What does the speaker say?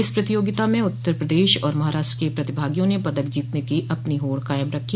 इस प्रतियोगिता में उत्तर प्रदेश और महाराष्ट्र के प्रतिभागियों ने पदक जीतने की अपनी होड़ कायम रखी